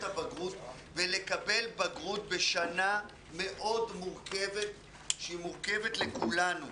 הבגרות ולקבל בגרות בשנה מאוד מורכבת לכולנו,